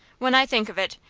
when i think of it,